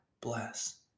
bless